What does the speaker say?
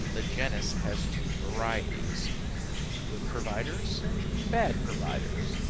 the genus has two varieties good providers and bad providers.